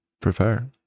prepare